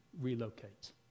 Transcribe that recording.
relocate